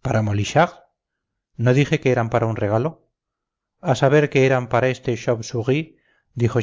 para molichard no dije que eran para un regalo a saber que eran para este chauve souris dijo